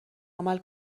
عمل